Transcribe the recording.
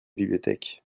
bibliothèque